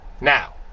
Now